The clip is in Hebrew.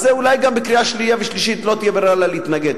אז זה אולי גם בקריאה שנייה ושלישית לא תהיה ברירה אלא להתנגד.